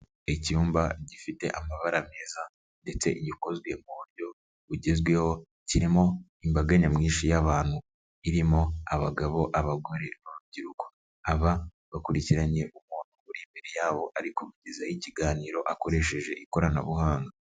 Icyumba gifite amabara meza ndetse gikozwe mu buryo bugezweho, kirimo imbaga nyamwinshi y'abantu, irimo abagabo, abagore n'urubyiruko, aba bakurikiranye umuntu uri imbere yabo ari kubagezaho ikiganiro, akoresheje ikoranabuhanga.